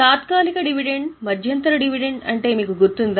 తాత్కాలిక డివిడెండ్ మధ్యంతర డివిడెండ్ అంటే మీకు గుర్తుందా